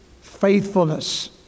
faithfulness